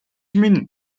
минь